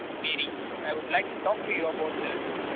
mary, i'd like to talk to you about this.